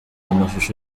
amashusho